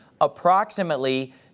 Approximately